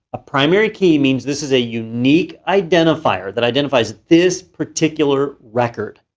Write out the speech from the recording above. a primary key means this is a unique identifier that identifies this particular record,